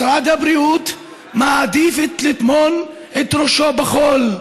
משרד הבריאות מעדיף לטמון את ראשו בחול,